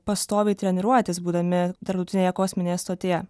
pastoviai treniruotis būdami tarptautinėje kosminėje stotyje